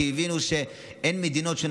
כי הבינו שיש מדינות,